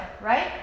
right